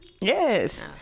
Yes